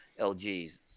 LGs